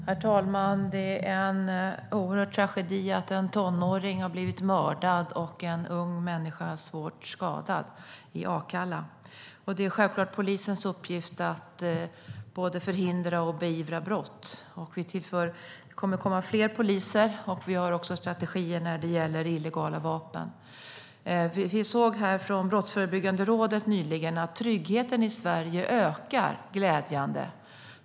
Herr talman! Det är en oerhörd tragedi att en tonåring har blivit mördad och att en ung människa har blivit svårt skadad i Akalla. Det är självklart polisens uppgift att både förhindra och beivra brott. Det kommer att komma fler poliser. Vi har också strategier när det gäller illegala vapen. Brottsförebyggande rådet visade nyligen att tryggheten i Sverige ökar, vilket är glädjande.